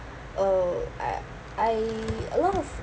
uh I I a lot of